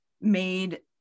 made